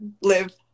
live